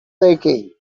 thinking